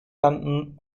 landen